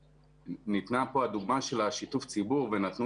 ניתנה כאן הדוגמה של שיתוף הציבור ונתנו